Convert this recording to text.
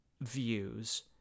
views